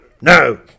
no